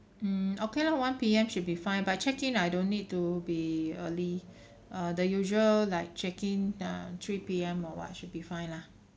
mm okay lah one P_M should be fined but check in I don't need to be early uh the usual like check in uh three P_M or what should be fine lah